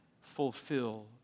fulfill